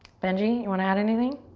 benji, you wanna add anything?